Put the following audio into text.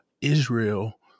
Israel